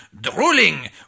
drooling